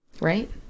Right